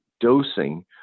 dosing